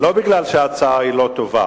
לא כי ההצעה לא טובה,